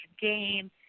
game